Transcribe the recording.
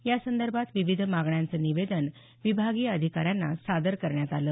यासंदर्भात विविध मागण्यांचं निवेदन विभागीय अधिकाऱ्यांना सादर करण्यात आलं